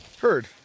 Heard